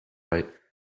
right